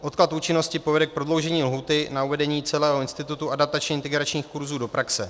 Odklad účinnosti povede k prodloužení lhůty na uvedení celého institutu adaptačně integračních kurzů do praxe.